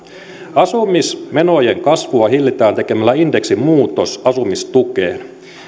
asumismenojen kasvua hillitään tekemällä indeksimuutos asumistukeen